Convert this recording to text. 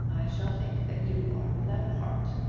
i shall think that you are without a heart.